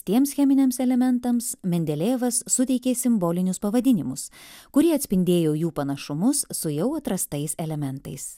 tiems cheminiams elementams mendelejevas suteikė simbolinius pavadinimus kurie atspindėjo jų panašumus su jau atrastais elementais